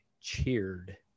cheered